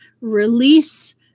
release